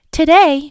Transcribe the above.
Today